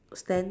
stand